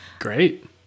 Great